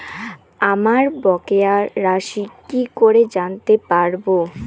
আমার বকেয়া রাশি কি করে জানতে পারবো?